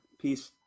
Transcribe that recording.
Peace